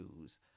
news